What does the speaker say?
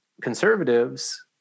conservatives